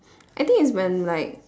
I think is when like